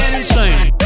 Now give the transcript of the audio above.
Insane